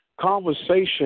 conversation